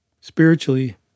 spiritually